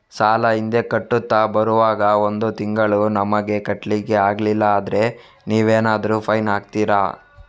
ಸಾಲ ಹಿಂದೆ ಕಟ್ಟುತ್ತಾ ಬರುವಾಗ ಒಂದು ತಿಂಗಳು ನಮಗೆ ಕಟ್ಲಿಕ್ಕೆ ಅಗ್ಲಿಲ್ಲಾದ್ರೆ ನೀವೇನಾದರೂ ಫೈನ್ ಹಾಕ್ತೀರಾ?